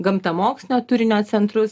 gamtamokslio turinio centrus